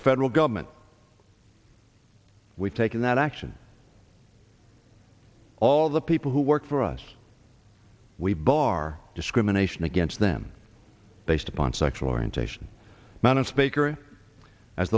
the federal government we've taken that action all the people who work for us we bar discrimination against them based upon sexual orientation